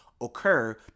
occur